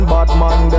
Batman